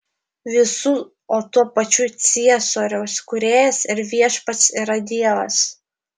visų o tuo pačiu ciesoriaus kūrėjas ir viešpats yra dievas